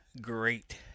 great